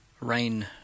Rain